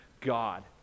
God